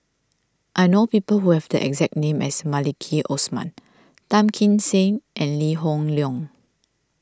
I know people who have the exact name as Maliki Osman Tan Kim Seng and Lee Hoon Leong